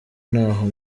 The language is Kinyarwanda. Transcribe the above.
ntaho